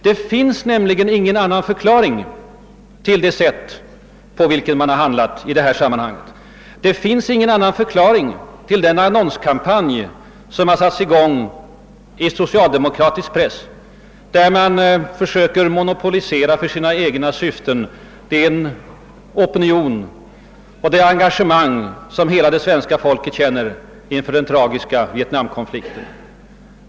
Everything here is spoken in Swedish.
Det finns nämligen ingen annan förklaring till det sätt på vilket socialdemokraterna har handlat i detta sammanhang. Det finns ingen annan förklaring till den annonskampanj som har satts i gång i socialdemokratisk press, där man för sina egna syften försöker monopolisera det engagemang som hela svenska folket känner inför den tragiska vietnamkonflikten.